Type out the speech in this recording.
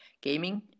gaming